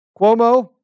Cuomo